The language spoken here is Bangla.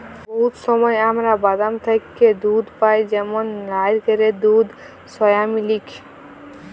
বহুত সময় আমরা বাদাম থ্যাকে দুহুদ পাই যেমল লাইরকেলের দুহুদ, সয়ামিলিক